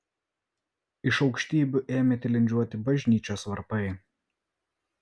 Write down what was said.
iš aukštybių ėmė tilindžiuoti bažnyčios varpai